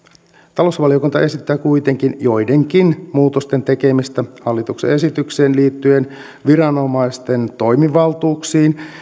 talousvaliokunta esittää kuitenkin joidenkin muutosten tekemistä hallituksen esitykseen liittyen viranomaisten toimivaltuuksiin